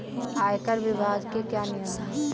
आयकर विभाग के क्या नियम हैं?